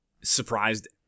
Surprised